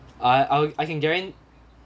I I'll I can guaran~